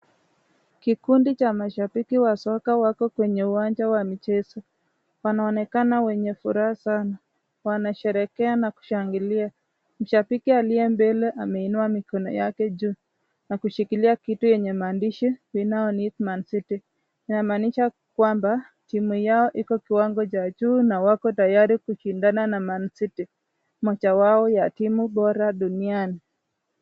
Kikundi cha mashabiki wa soka wako kwenye uwanja wa michezo. Wanaonekana wenye furaha sana. Wanasherekea na kushangilia. Shabiki aliye mbele ameinua mikono yake juu na kushikilia kitu yenye maandishi (cs)we now need man city(cs). Inamaanisha kwamba timu yao iko kiwango cha juu na wako tayari kushindana na mancity moja yao ya timu bora duniani.